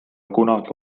kunagi